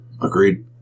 Agreed